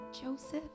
Joseph